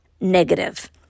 negative